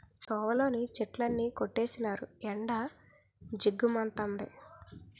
తోవలోని చెట్లన్నీ కొట్టీసినారు ఎండ జిగ్గు మంతంది